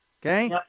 Okay